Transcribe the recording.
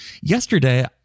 Yesterday